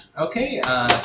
Okay